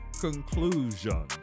conclusion